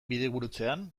bidegurutzean